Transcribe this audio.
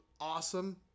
awesome